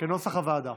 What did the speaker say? כנוסח הוועדה.